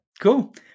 Cool